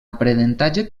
aprenentatge